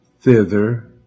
thither